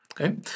okay